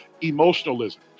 emotionalism